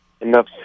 enough